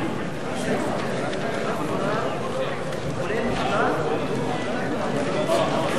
חד"ש לסעיף 25 לא נתקבלה.